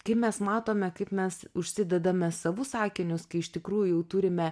kai mes matome kaip mes užsidedame savus akinius kai iš tikrųjų jau turime